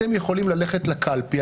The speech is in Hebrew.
אתם יכולים ללכת לקלפי,